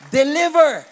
deliver